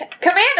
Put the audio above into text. Commander